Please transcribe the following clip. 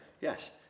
yes